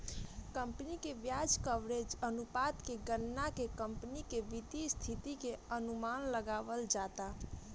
company के ब्याज coverage अनुपात के गणना के कंपनी के वित्तीय स्थिति के अनुमान लगावल जाता